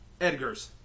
Edgars